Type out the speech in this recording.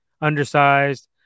Undersized